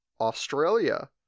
Australia